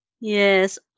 Yes